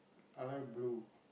I like blue